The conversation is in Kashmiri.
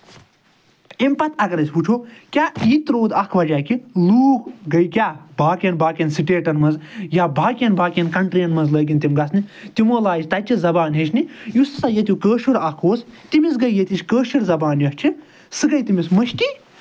اَمہِ پَتہٕ اَگر أسۍ وٕچھو کیاہ یہِ تہِ روٗد اکھ وجہ کہِ لوٗکھ گٔے کیاہ باقین باقین سِٹیٹَن منٛز یا باقین باقین کَنٹریٖیَن منٛز لٲگِنۍ تِم گژھنہِ تِمو لاجہِ تَتہِ چہِ زَبانہِ ہیٚچھنہِ یُس ہسا ییٚتیُک کٲشُر اکھ اوس تٔمِس گٔے ییٚتِچ کٲشِر زَبان یۄس چھِ سۄ گٔے تٔمس مٔشتٕے